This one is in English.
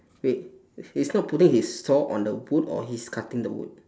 wait he's not putting his saw on the wood or he's cutting the wood